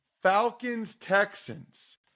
Falcons-Texans